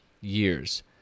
years